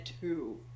two